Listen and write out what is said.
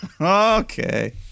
Okay